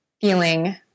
feeling